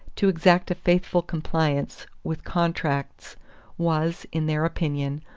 to exact a faithful compliance with contracts was, in their opinion,